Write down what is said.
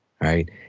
right